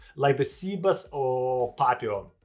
like the cebus or papio.